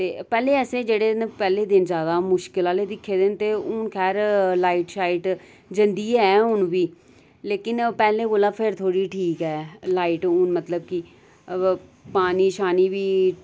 ते पैह्ले जेह्ड़े पैह्ले आह्ले दिन मुश्कल आह्ले दिक्खे दे न ते हून खैर लाईट शाईट जंदी ऐ हून बी लेकिन पैह्लें कोला फिर थोह्ड़ी ठीक ऐ लाईट हून मतलब कि पानी शानी बी